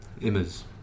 Immers